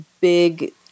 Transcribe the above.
big